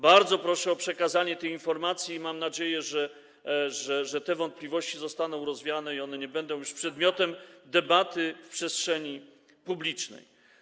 Bardzo proszę o przekazanie tej informacji i mam nadzieję, że te wątpliwości zostaną rozwiane i nie będą już przedmiotem debaty w przestrzeni publicznej.